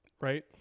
Right